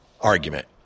argument